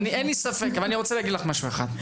אין לי ספק אבל אני רוצה להגיד לך משהו אחד,